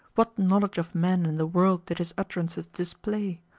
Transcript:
what knowledge of men and the world did his utterances display!